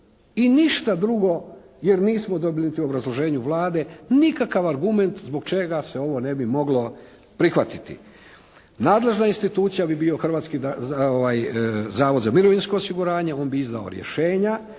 I ništa drugo jer nismo dobili niti u obrazloženju Vlade nikakav argument zbog čega se ovo ne bi moglo prihvatiti? Nadležna institucija bi bio Hrvatski zavod za mirovinsko osiguranje. On bi izdao rješenja.